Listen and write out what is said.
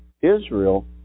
Israel